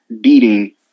beating